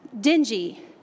dingy